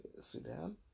Sudan